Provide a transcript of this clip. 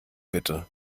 bitte